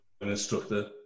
instructor